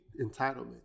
entitlement